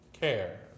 care